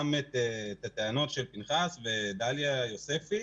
גם את הטענות של פנחס ודריה יוספי,